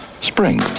Spring